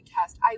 test